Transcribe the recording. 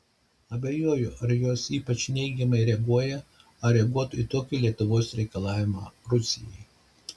abejoju ar jos ypač neigiamai reaguoja ar reaguotų į tokį lietuvos reikalavimą rusijai